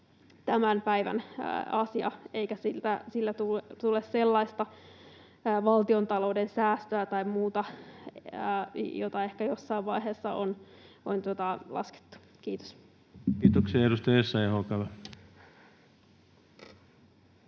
tämän päivän asia, eikä sillä tule sellaista valtiontalouden säästöä tai muuta, jota ehkä jossain vaiheessa on laskettu. — Kiitos. Kiitoksia. — Edustaja Essayah, olkaa